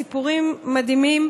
סיפורים מדהימים,